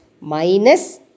minus